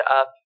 up